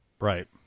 Right